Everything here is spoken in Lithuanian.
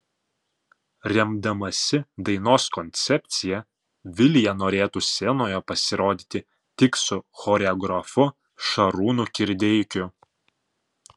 remdamasi dainos koncepcija vilija norėtų scenoje pasirodyti tik su choreografu šarūnu kirdeikiu